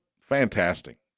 fantastic